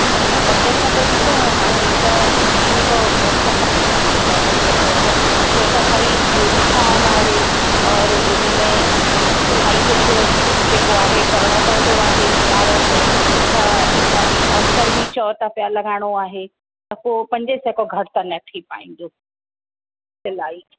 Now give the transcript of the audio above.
न न पंज सौ खां ॾिसो हाणे त इनखां घटि त न थी पवंदव पंज सै खां छो त भई यूनीफ़ोर्म आहे और उनमें इलाही कुझु जेको आहे करिणो पवंदो आहे ॿारनि जो त ओस्तर बि चओ था पिया की लॻाइणो आहे त पोइ पंजे सै खां घटि त न थी पवंदो सिलाई